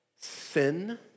sin